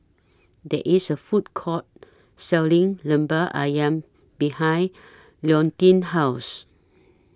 There IS A Food Court Selling Lemper Ayam behind Leontine's House